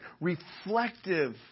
reflective